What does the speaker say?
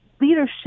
leadership